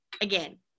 again